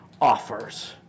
offers